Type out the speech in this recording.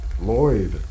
Lloyd